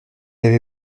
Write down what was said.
avait